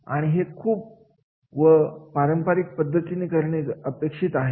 आणि हे खूप व पारंपारिक पद्धतीने करणे अपेक्षित आहे